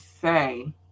say